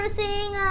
sing